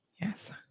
yes